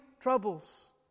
troubles